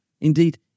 Indeed